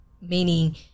meaning